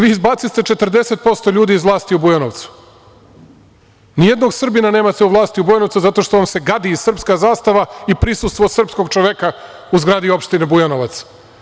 Vi izbaciste 40% ljudi iz vlasti u Bujanovcu, nijednog Srbina nemate u vlasti u Bujanovcu, jer vam se gadi i srpska zastava i prisustvo srpskog čoveka u zgradi opštine Bujanovac.